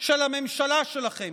של הממשלה שלכם.